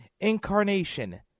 incarnation